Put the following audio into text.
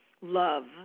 Love